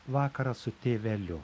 vakaras su tėveliu